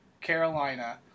Carolina